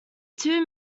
two